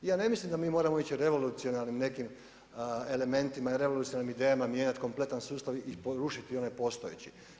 Ja ne mislim da mi moramo ići revolucijarnim nekim elementima i revolucijarnim idejama mijenjati kompletan sustav i porušiti one postojeće.